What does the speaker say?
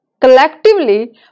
collectively